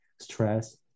stress